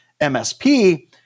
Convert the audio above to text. MSP